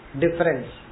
difference